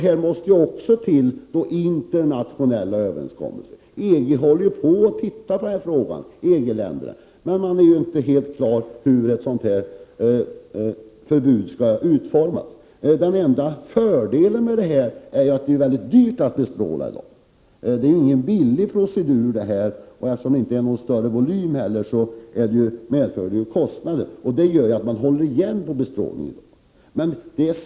Här måste också internationella överenskommelser komma till stånd. I EG-länderna studerar man dessa frågor. Men man är inte helt på det klara med hur ett förbud i detta sammanhang skall utformas. Den enda fördelen med bestrålningen är att det i dag är en mycket dyr metod. Då det inte rör sig om större mängder, blir det stora kostnader. Det gör att man i dag inte bestrålar så mycket.